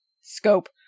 scope